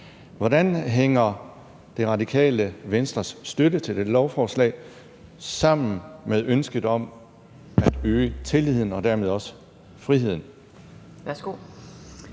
Hvordan hænger Det Radikale Venstres støtte til det lovforslag sammen med ønsket om at øge tilliden og dermed også friheden?